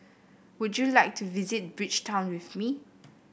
would you like to visit Bridgetown with me